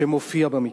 שמופיע במקרא.